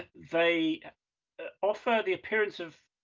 they offer the appearance of